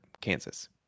Kansas